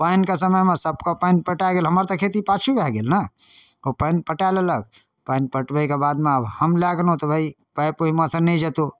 पानिके समयमे सभके पानि पटा गेल हमर तऽ खेती पाछू भऽ गेल ने ओ पानि पटा लेलक पानि पटबैके बादमे आब हम लऽ गेलहुँ तऽ भाइ पाइप ओहिमेसँ नहि जेतौ